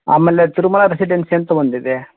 ಆಮೇಲೆ ತಿರುಮಲ ರೆಸಿಡೆನ್ಸಿ ಅಂತ ಒಂದಿದೆ